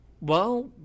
Well